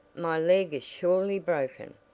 my leg is surely broken.